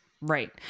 Right